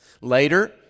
Later